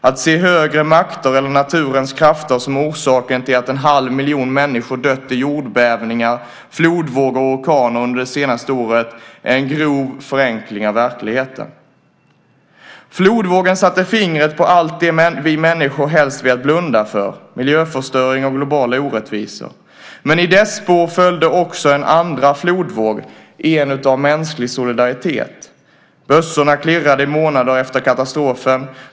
Att se högre makter eller naturens krafter som orsaken till att en halv miljon människor dött i jordbävningar, flodvågor och orkaner under det senaste året är en grov förenkling av verkligheten." Flodvågen satte fingret på allt det vi människor helst velat blunda för - miljöförstöring och globala orättvisor. Men i dess spår följde också en andra flodvåg, en av mänsklig solidaritet. Bössorna klirrade i månader efter katastrofen.